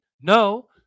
No